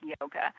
yoga